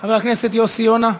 חבר הכנסת יוסי יונה,